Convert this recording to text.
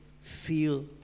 feel